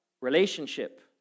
relationship